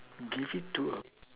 give it to a